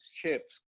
chips